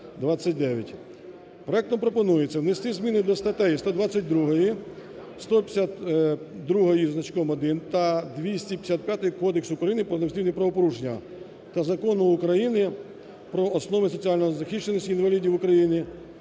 Проектом пропонується внести зміни до статей 122, 152 із значком 1 та 255 Кодексу України "Про адміністративні правопорушення", та Закону України "Про основи соціальної захищеності інвалідів України",